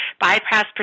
bypass